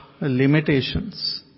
limitations